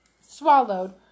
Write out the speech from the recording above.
swallowed